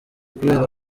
kubera